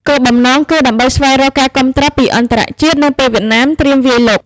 គោលបំណងគឺដើម្បីស្វែងរកការគាំទ្រពីអន្តរជាតិនៅពេលវៀតណាមត្រៀមវាយលុក។